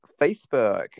Facebook